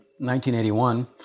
1981